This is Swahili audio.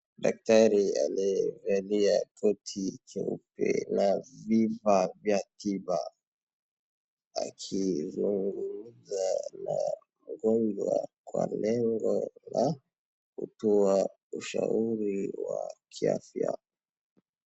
Daktari amevalia koti cheupe na vifaa vya tiba akizungumza na mgoonjwa kwa lengo la kutoa ushauri wa kiafya.